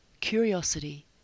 curiosity